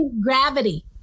Gravity